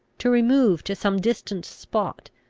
to remove to some distant spot,